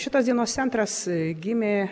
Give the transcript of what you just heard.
šitos dienos centras gimė